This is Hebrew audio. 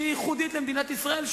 שהיא ייחודית למדינת ישראל,